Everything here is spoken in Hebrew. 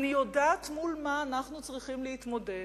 אני יודעת עם מה אנחנו צריכים להתמודד,